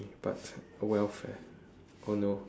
but welfare oh no